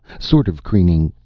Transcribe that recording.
sort of crooning.